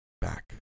back